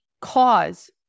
cause